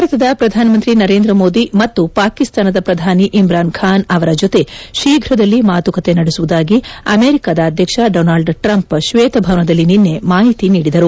ಭಾರತದ ಪ್ರಧಾನಮಂತಿ ನರೇಂದ ಮೋದಿ ಮತ್ತು ಪಾಕಿಸ್ತಾನದ ಪ್ರಧಾನಿ ಇಮ್ರಾನ್ ಖಾನ್ ಅವರ ಜೊತೆ ಶೀಘ್ರದಲ್ಲಿ ಮಾತುಕತೆ ನಡೆಸುವುದಾಗಿ ಅಮೆರಿಕದ ಅಧ್ಯಕ್ಷ ಡೊನಾಲ್ಗ್ ಟ್ರಂಪ್ ಶ್ಲೇತಭವನದಲ್ಲಿ ನಿನ್ನೆ ಮಾಹಿತಿ ನೀಡಿದರು